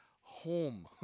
home